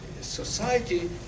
society